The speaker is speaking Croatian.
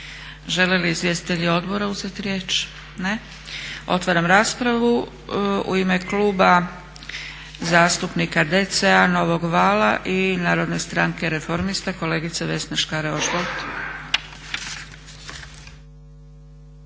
Žele li izvjestitelji odbora uzeti riječ? Ne. Otvaram raspravu. U ime Kluba zastupnika DC-a, Novog vala i Narodne stranke reformista kolegica Vesna Škare-Ožbolt.